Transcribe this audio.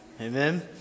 Amen